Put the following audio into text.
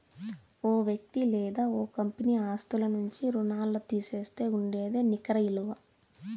ఓ వ్యక్తి లేదా ఓ కంపెనీ ఆస్తుల నుంచి రుణాల్లు తీసేస్తే ఉండేదే నికర ఇలువ